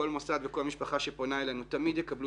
כל מוסד וכל משפחה שפונה אלינו תמיד יקבלו